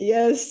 Yes